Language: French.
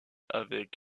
avec